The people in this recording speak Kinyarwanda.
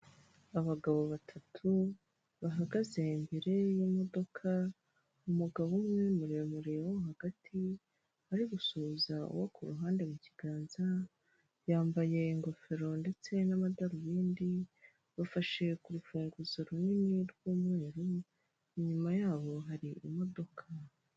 Abagabo batatu bahagaze imbere y'imodoka, umugabo umwe muremure wo hagati ari gusuhuza uwo ku ruhande mu kiganza, yambaye ingofero ndetse n'amadarubindi bafashe ku rufunguzo runini rw'umweru, inyuma yabo hari imodoka.